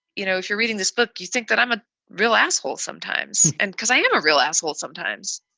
you know, if you're reading this book, you think that i'm a real asshole sometimes and because i am a real asshole sometimes.